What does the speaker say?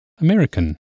American